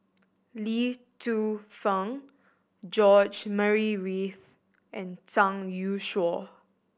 Lee Tzu Pheng George Murray Reith and Zhang Youshuo